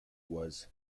was